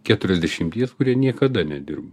keturiasdešimties kurie niekada nedirbo